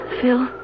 Phil